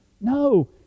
No